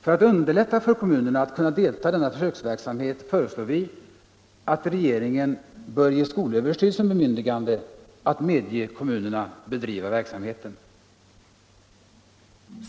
För att underlätta för kommunerna att deltaga i denna försöksverksamhet föreslår vi att regeringen bör ge skolöverstyrelsen bemyndigande att medge kommunerna bedriva verksamheten.